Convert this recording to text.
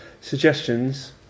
suggestions